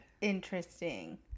Interesting